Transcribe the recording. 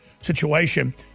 situation